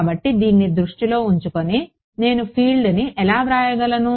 కాబట్టి దీన్ని దృష్టిలో ఉంచుకుని నేను ఫీల్డ్ను ఎలా వ్రాయగలను